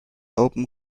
open